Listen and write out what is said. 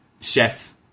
chef